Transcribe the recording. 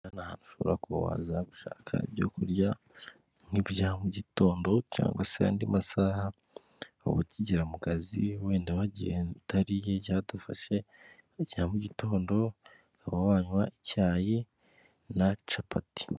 Aha ni ahantu ushobora kuba waza gushaka ibyo kurya nk'ibya mugitondo cyangwa se andi masaha, uba ukigera mu kazi wenda wagiye utariye cyangwa udufashe ibya mugitondo, ukaba wanywa icyayi na capati.